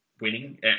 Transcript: winning